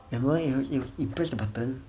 remember you must you you press the button